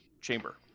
chamber